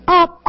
up